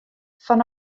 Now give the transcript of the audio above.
fan